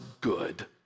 good